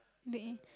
there